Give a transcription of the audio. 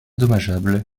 dommageable